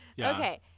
Okay